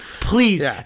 Please